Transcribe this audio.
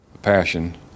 Passion